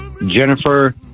Jennifer